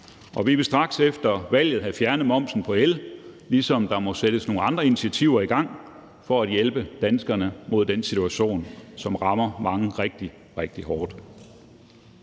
vi vil straks efter valget have fjernet momsen på el, ligesom der må sættes nogle andre initiativer i gang for at hjælpe danskerne i en situation, som rammer mange rigtig, rigtig hårdt.